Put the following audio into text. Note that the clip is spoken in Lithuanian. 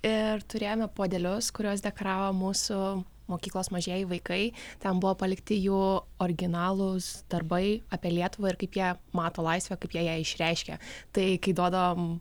ir turėjome puodelius kuriuos dekoravo mūsų mokyklos mažieji vaikai ten buvo palikti jų originalūs darbai apie lietuvą ir kaip jie mato laisvę kaip jie ją išreiškia tai kai duodavom